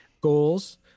goals